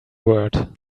word